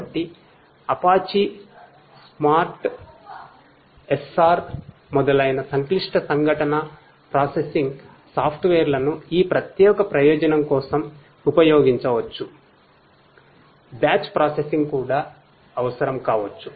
కాబట్టి Apache Storm లను ఈ ప్రత్యేకప్రయోజనంకోసం ఉపయోగించవచ్చు